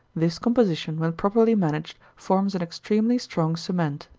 this composition, when properly managed, forms an extremely strong cement.